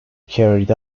carried